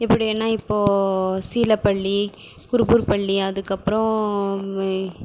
இப்படி ஏன்னா இப்போ சீலப்பள்ளி புரு புரு பள்ளி அதுக்கப்பறம்